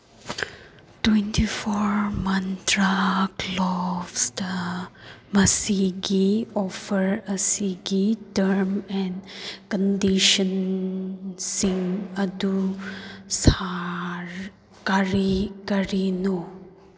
twenty four ꯃꯟꯇ꯭ꯔ ꯒ꯭ꯂꯣꯞꯁꯗ ꯃꯁꯤꯒꯤ ꯑꯣꯐꯔ ꯑꯁꯤꯒꯤ ꯇꯔꯝ ꯑꯦꯟ ꯀꯟꯗꯤꯁꯟꯁꯤꯡ ꯑꯗꯨ ꯀꯔꯤ ꯀꯔꯤꯅꯣ